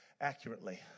accurately